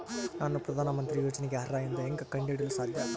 ನಾನು ಪ್ರಧಾನ ಮಂತ್ರಿ ಯೋಜನೆಗೆ ಅರ್ಹ ಎಂದು ಹೆಂಗ್ ಕಂಡ ಹಿಡಿಯಲು ಸಾಧ್ಯ?